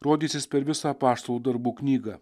rodysis per visą apaštalų darbų knygą